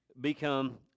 become